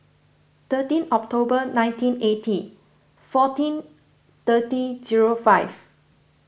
thirteen October nineteen eighty fourteen thirty zero five